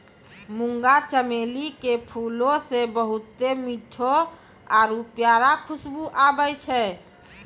मुंगा चमेली के फूलो से बहुते मीठो आरु प्यारा खुशबु आबै छै